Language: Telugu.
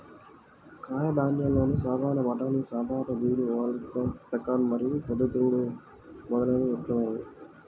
కాయధాన్యాలలో సాధారణ బఠానీ, సాధారణ బీన్, వాల్నట్, పెకాన్ మరియు పొద్దుతిరుగుడు మొదలైనవి ముఖ్యమైనవి